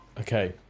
Okay